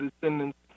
descendants